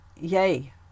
yay